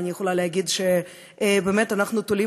אני יכולה להגיד שבאמת אנחנו תולים